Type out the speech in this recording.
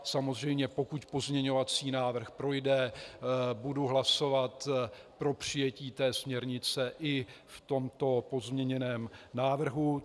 Samozřejmě pokud pozměňovací návrh projde, budu hlasovat pro přijetí směrnice i v tomto pozměněném návrhu.